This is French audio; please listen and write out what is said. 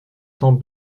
temps